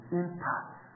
impact